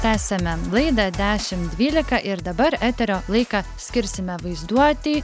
tęsiame laidą dešimt dvylika ir dabar eterio laiką skirsime vaizduotei